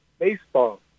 Baseball